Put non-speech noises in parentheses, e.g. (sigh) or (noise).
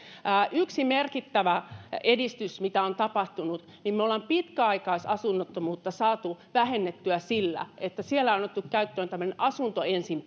yksi merkittävä edistys mitä on tapahtunut on se että me olemme pitkäaikaisasunnottomuutta saaneet vähennettyä sillä että on otettu käyttöön tämmöinen asunto ensin (unintelligible)